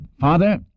Father